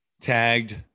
tagged